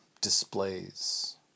displays